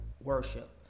worship